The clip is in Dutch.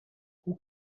hoe